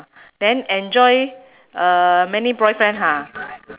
then enjoy uh many boyfriend ha